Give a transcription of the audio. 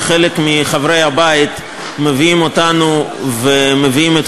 שחלק מחברי הבית מביאים אותנו ומביאים את